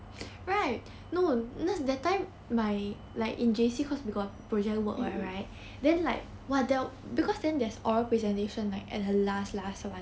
mm mm